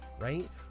right